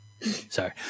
Sorry